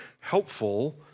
helpful